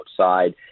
outside